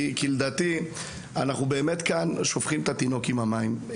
כי לדעתי אנחנו באמת כאן שופכים את התינוק עם המים.